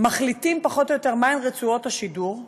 מחליטים פחות או יותר מהן רצועות השידור,